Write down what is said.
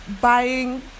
Buying